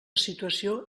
situació